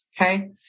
Okay